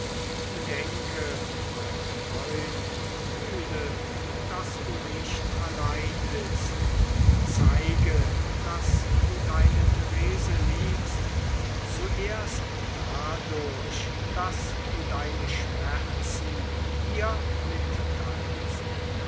bedenke mein freund fühle daß du nicht allein bist zeige daß du deine therese liebst zuerst dadurch daß du deine schmerzen ihr mitteilst